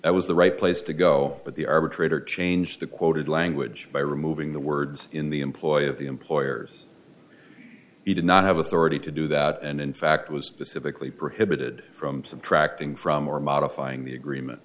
it was the right place to go but the arbitrator changed the quoted language by removing the words in the employ of the employer's he did not have authority to do that and in fact was specifically prohibited from subtracting from or modifying the agreement